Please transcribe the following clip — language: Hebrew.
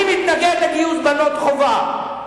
אני מתנגד לגיוס בנות חובה.